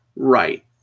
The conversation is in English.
Right